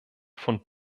von